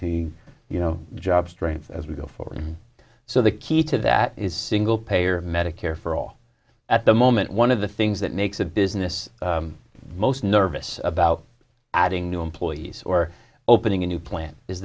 everybody you know job strengths as we go forward so the key to that is single payer medicare for all at the moment one of the things that makes a business most nervous about adding new employees or opening a new plant is